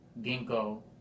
ginkgo